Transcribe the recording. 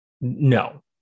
no